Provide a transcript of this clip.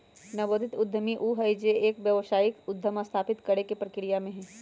नवोदित उद्यमी ऊ हई जो एक व्यावसायिक उद्यम स्थापित करे के प्रक्रिया में हई